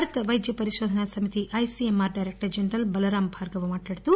భారత వైద్య పరిశోధనా సమితి I C M R director general Balram Bhargava మాట్లాడుతూ